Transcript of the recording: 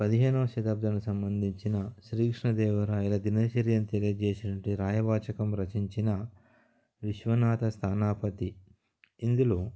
పదిహేనవ శతాబ్దాలను సంబంధించిన శ్రీకృష్ణదేవరాయల దినశర్యను తెలియజేసినంటి రాయవాచకం రచించిన విశ్వనాథ స్థానాపతి ఇందులో